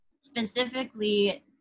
specifically